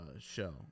show